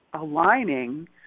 aligning